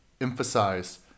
emphasize